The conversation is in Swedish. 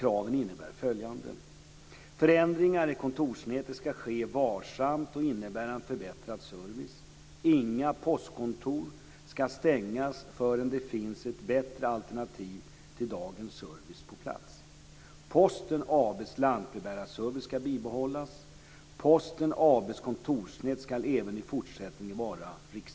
Kraven innebär följande: · Förändringar i kontorsnätet ska ske varsamt och innebära en förbättrad service. Inga postkontor ska stängas förrän det finns ett bättre alternativ till dagens service på plats.